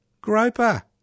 Groper